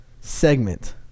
segment